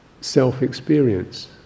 self-experience